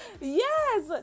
Yes